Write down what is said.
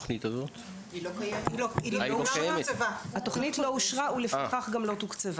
התוכנית לא אושרה, ולפיכך גם לא תוקצבה.